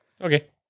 Okay